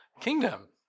kingdom